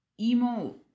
emo